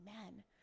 amen